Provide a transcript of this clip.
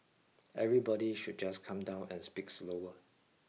everybody should just calm down and speak slower